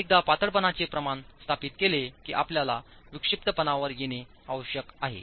एकदा पातळपणाचे प्रमाण स्थापित केले की आपल्याला विक्षिप्तपणावर येणे आवश्यक आहे